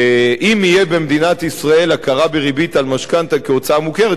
שאם תהיה במדינת ישראל הכרה בריבית על משכנתה כהוצאה מוכרת,